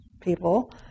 people